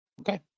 Okay